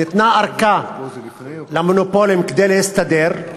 למונופולים ניתנה ארכה כדי להסתדר,